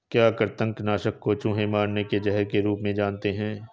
क्या कृतंक नाशक को चूहे मारने के जहर के रूप में जानते हैं?